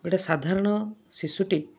ଗୋଟେ ସାଧାରଣ ଶିଶୁଟି